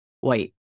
white